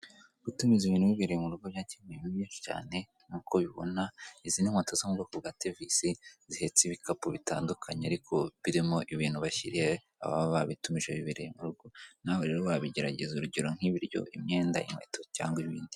Gutumiza ibintu wibereye mu rugo nabyo bigira inyungu nyinshi cyane nk'uko ubibona izi ni moto zo mu bwoko bwa tevisi, zihetse ibikapu bitandukanye ariko birimo ibintu bashyiriye ababa babitumije bibereye mu rugo, nawe rero wabigerageza urugero nk'ibiryo, imyenda, inkweto cyangwa ibindi.